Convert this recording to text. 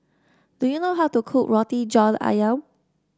do you know how to cook Roti John ayam